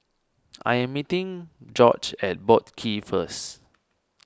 I am meeting Gorge at Boat Quay first